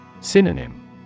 Synonym